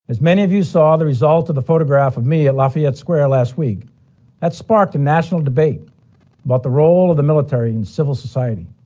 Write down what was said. as many of you saw, the result of the photograph of me at lafayette square last week that sparked a national debate about the role of the military and civil society,